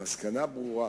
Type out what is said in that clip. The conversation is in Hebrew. המסקנה ברורה: